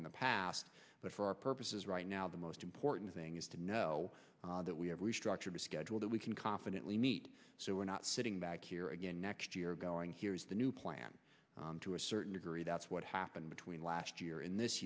in the past but for our purposes right now the most important thing is to know that we have restructured a schedule that we can confidently meet so we're not sitting back here again next year going here new plan to a certain degree that's what happened between last year and this